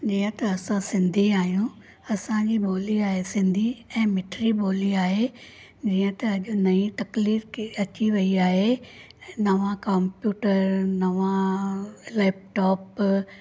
हीअं त असां सिंधी आहियूं असांजी ॿोली आहे सिंधी ऐं मिठड़ी ॿोली आहे हीअं त अॼु नई तकलीफ़ के अची वई आहे नवा कांप्युटर नवा लैपटॉप